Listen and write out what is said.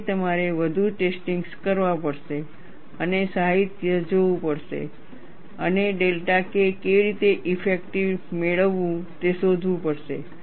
તેથી તમારે વધુ ટેસ્ટીંગ્સ કરવા પડશે અને સાહિત્યને જોવું પડશે અને ડેલ્ટા K કેવી રીતે ઇફેક્ટિવ મેળવવું તે શોધવું પડશે